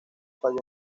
falló